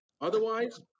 Otherwise